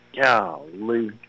Golly